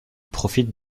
profite